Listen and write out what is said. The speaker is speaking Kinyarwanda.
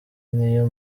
niyo